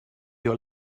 your